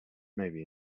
maybe